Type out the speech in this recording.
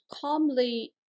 calmly